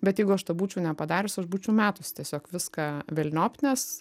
bet jeigu aš to būčiau nepadarius aš būčiau metusi tiesiog viską velniop nes